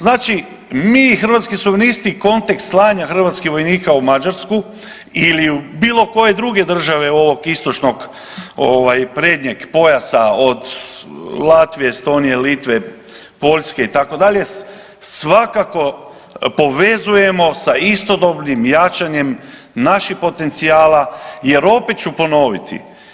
Znači mi Hrvatski suverenisti kontekst slanja hrvatskih vojnika u Mađarsku ili u bilo koje druge države ovog istočnog ovaj prednjeg pojasa od Latvije, Estonije, Litve, Poljske itd., svakako povezujemo sa istodobnim jačanjem naših potencijala jer opet ću ponoviti.